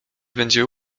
będzie